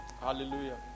Hallelujah